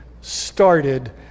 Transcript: started